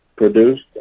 Produced